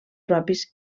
propis